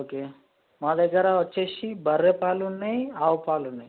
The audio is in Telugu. ఓకే మా దగ్గర వచ్చేసి బర్రె పాలు ఉన్నయి ఆవు పాలు ఉన్నాయి